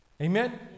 amen